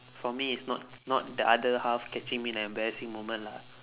for me is not not the other half catching me in an embarrassing moment lah